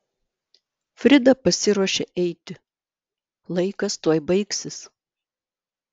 frida pasiruošė eiti laikas tuoj baigsis